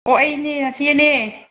ꯑꯣ ꯑꯩꯅꯦ ꯅꯆꯦꯅꯦ